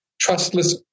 trustless